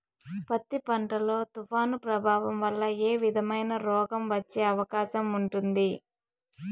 పత్తి పంట లో, తుఫాను ప్రభావం వల్ల ఏ విధమైన రోగం వచ్చే అవకాశం ఉంటుంది?